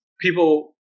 People